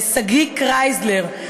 שגיא קרייזלר,